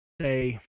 say